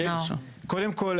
קודם כל,